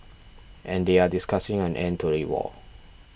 and they are discussing an end to the war